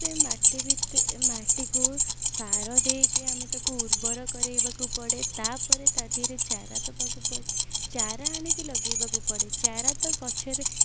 ସେ ମାଟି ଭିତ ମାଟିକୁ ସାର ଦେଇକି ଆମେ ତାକୁ ଉର୍ବର କରେଇବାକୁ ପଡ଼େ ତା'ପରେ ତା' ଦେହରେ ଚାରା ଦେବାକୁ ପଡ଼େ ଚାରା ଆଣିକି ଲଗେଇବାକୁ ପଡ଼େ ଚାରା ତ ଗଛରେ